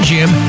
Gym